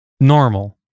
normal